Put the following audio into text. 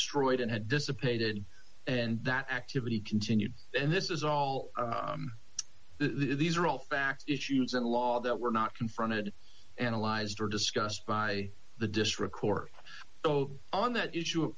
destroyed and had dissipated and that activity continued and this is all these are all facts issues in law that were not confronted analyzed or discussed by the district court so on that issue of